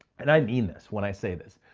and i mean this when i say this,